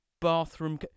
bathroom